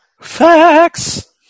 Facts